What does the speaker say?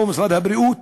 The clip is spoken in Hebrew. לא משרד הבריאות